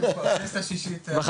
אנחנו